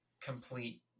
complete